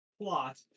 plot